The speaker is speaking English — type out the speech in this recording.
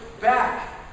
back